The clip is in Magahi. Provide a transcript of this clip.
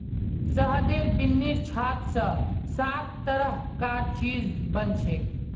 शहदेर बिन्नीर छात स सात तरह कार चीज बनछेक